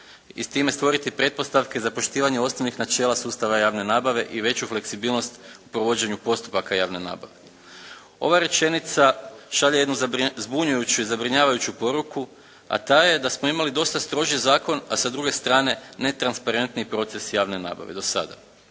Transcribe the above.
i time stvoriti pretpostavke za poštivanje osnovnih načela sustava javne nabave i veću fleksibilnost u provođenju postupaka javne nabave. Ova rečenica šalje jednu zbunjujuću i zabrinjavajuću poruku a ta je da smo imali dosta stroži zakon a sa druge strane netransparentni proces javne nabave